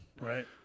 right